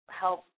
help